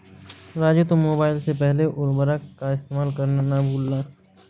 राजू तुम मोबाइल से पहले उर्वरक का इस्तेमाल करना ना भूलना